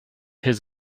his